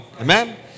Amen